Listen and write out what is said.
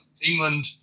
England